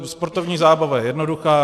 Sportovní zábava je jednoduchá.